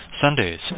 Sundays